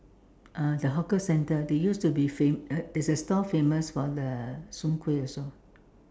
uh the hawker centre they used to be fam~ uh it's the stall famous for the Soon-Kueh also